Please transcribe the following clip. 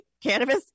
cannabis